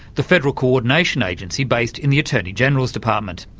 the federal coordination agency based in the attorney-general's department.